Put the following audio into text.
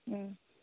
ꯎꯝ